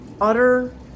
utter